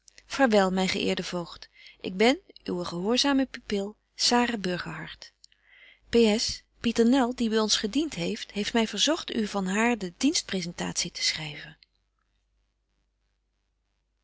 vaarwel myn geëerde voogd ik ben uwe gehoorzame pupil ps pieternel die by ons gedient heeft heeft my verzogt u van haar de dienstpresentatie te schryven